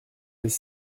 des